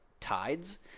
tides